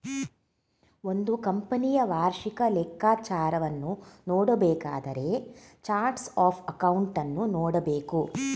ಒಂದು ಕಂಪನಿಯ ವಾರ್ಷಿಕ ಲೆಕ್ಕಾಚಾರವನ್ನು ನೋಡಬೇಕಾದರೆ ಚಾರ್ಟ್ಸ್ ಆಫ್ ಅಕೌಂಟನ್ನು ನೋಡಬೇಕು